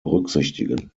berücksichtigen